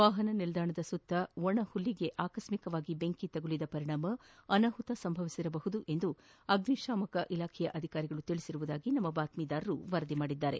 ವಾಹನ ನಿಲ್ದಾಣದ ಸುತ್ತ ಒಣ ಹುಲ್ಲಿಗೆ ಆಕಸ್ಮಿಕ ಬೆಂಕಿ ತಗುಲಿದ ಪರಿಣಾಮ ಅನಾಹುತ ಸಂಭವಿಸಿರಬಹುದೆಂದು ಅಗ್ನಿಶಾಮಕ ಅಧಿಕಾರಿಗಳು ತಿಳಿಸಿರುವುದಾಗಿ ನಮ್ನ ಬಾತ್ತೀದಾರರು ವರದಿ ಮಾಡಿದ್ದಾರೆ